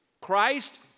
Christ